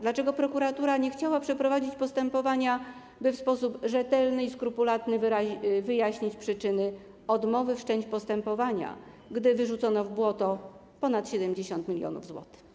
Dlaczego prokuratura nie chciała przeprowadzić postępowania, by w sposób rzetelny i skrupulatny wyjaśnić przyczyny odmowy wszczęcia postępowań, gdy wyrzucono w błoto ponad 70 mln zł?